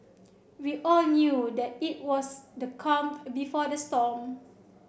we all knew that it was the calm before the storm